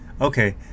okay